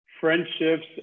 friendships